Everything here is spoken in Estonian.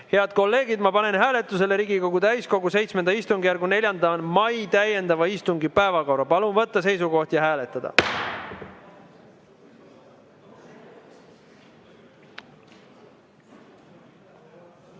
Head kolleegid, ma panen hääletusele Riigikogu täiskogu VII istungjärgu 4. mai täiendava istungi päevakorra. Palun võtta seisukoht ja hääletada!